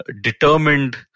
determined